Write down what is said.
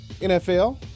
NFL